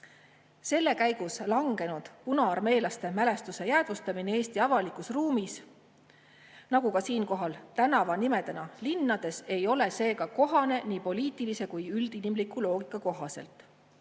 Selle käigus langenud punaarmeelaste mälestuse jäädvustamine Eesti avalikus ruumis, seda ka tänavanimedena linnades, ei ole seega kohane ei poliitilise ega ka üldinimliku loogika kohaselt.